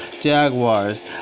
Jaguars